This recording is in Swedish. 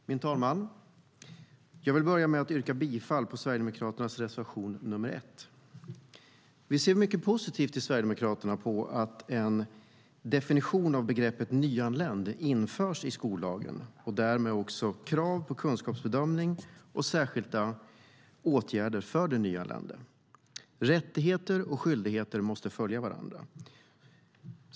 Min talman! Jag vill börja med att yrka bifall till Sverigedemokraternas reservation nr 1.Vi i Sverigedemokraterna ser mycket positivt på att en definition av begreppet nyanländ införs i skollagen och därmed också krav på kunskapsbedömning och särskilda åtgärder för den nyanlände. Rättigheter och skyldigheter måste följa varandra.